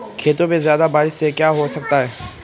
खेतों पे ज्यादा बारिश से क्या हो सकता है?